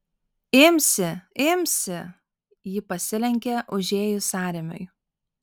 imsi imsi ji pasilenkė užėjus sąrėmiui